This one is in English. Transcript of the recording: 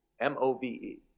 M-O-V-E